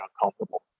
uncomfortable